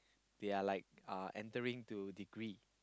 they are like uh entering to degree